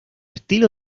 estilo